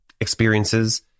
experiences